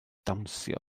dawnsio